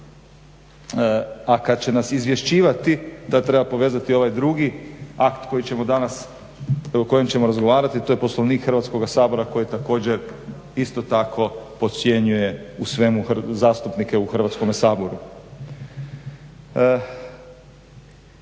a kad će nas izvješćivati tad treba povezati ovaj drugi akt o kojem ćemo danas razgovarati, to je Poslovnik Hrvatskoga sabora koji također isto tako podcjenjuje u svemu zastupnike u Hrvatskom saboru.